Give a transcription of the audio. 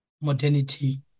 modernity